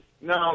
No